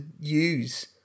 use